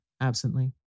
absently